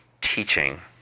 teaching